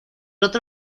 otro